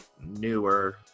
newer